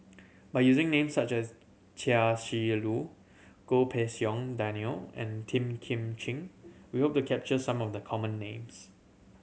by using names such as Chia Shi Lu Goh Pei Siong Daniel and Tan Kim Ching we hope to capture some of the common names